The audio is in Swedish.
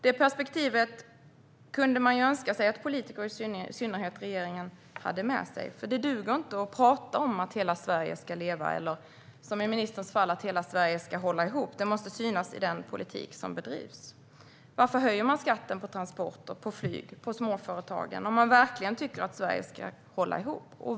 Det perspektivet kunde man önska sig att politiker, i synnerhet de i regeringen, hade med sig. Det duger inte att prata om att hela Sverige ska leva eller i ministerns fall om att hela Sverige ska hålla ihop. Det måste synas i den politik som bedrivs. Varför höjer man skatten på transporter, på flyg och på småföretagen om man verkligen tycker att Sverige ska hålla ihop?